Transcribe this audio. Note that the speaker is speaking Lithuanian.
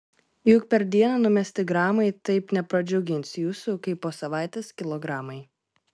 juk per dieną numesti gramai taip nepradžiugins jūsų kaip po savaitės kilogramai